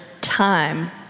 time